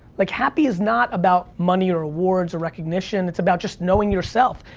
like, happy is not about money or awards or recognition. it's about just knowing yourself.